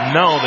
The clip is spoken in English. no